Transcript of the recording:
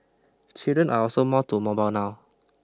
children are also more to mobile now